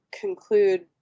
conclude